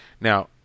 Now